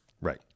Right